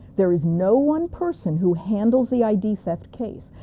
there is no one person who handles the id theft case.